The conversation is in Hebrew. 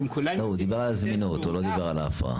הן כולן יודעות איך לשתף פעולה.